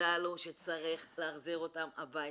צריך להחזיר אותם הביתה.